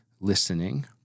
listening